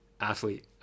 athlete